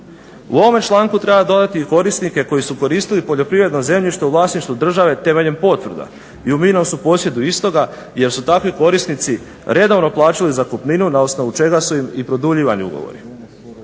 U ovome članku treba dodati i korisnike koji su koristili poljoprivredno zemljište u vlasništvu države temeljem potvrda i u mirnom su posjedu istoga jer su takvi korisnici redovno plaćali zakupninu na osnovu čega su im i produljivani ugovori.